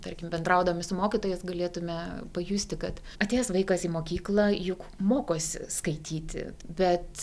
tarkim bendraudami su mokytojais galėtume pajusti kad atėjęs vaikas į mokyklą juk mokosi skaityti bet